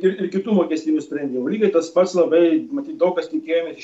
ir ir kitų mokestinių sprendimų lygiai tas pats labai matyt daug kas tikėjo